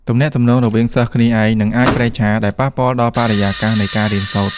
ទំនាក់ទំនងរវាងសិស្សគ្នាឯងក៏អាចប្រេះឆា ដែល ប៉ះពាល់ដល់បរិយាកាសនៃការរៀនសូត្រ។